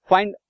Find